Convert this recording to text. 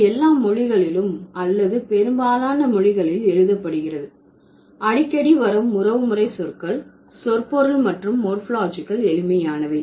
இது எல்லா மொழிகளிலும் அல்லது பெரும்பாலான மொழிகளில் எழுதப்படுகிறது அடிக்கடி வரும் உறவுமுறை சொற்கள் சொற்பொருள் மற்றும் மோர்பாலஜிகல் எளிமையானவை